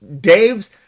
Dave's